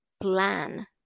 plan